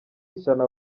ishyano